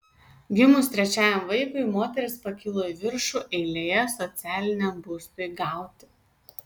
gimus trečiajam vaikui moteris pakilo į viršų eilėje socialiniam būstui gauti